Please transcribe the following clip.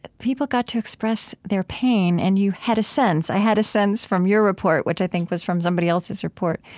people got to express their pain and you had a sense i had a sense from your report, which i think was from somebody else's report,